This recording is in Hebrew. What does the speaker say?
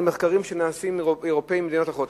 מחקרים שנעשים באירופה או במדינות אחרות.